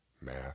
math